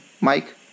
Mike